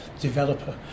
developer